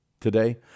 Today